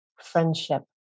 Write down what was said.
friendship